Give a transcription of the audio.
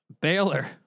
Baylor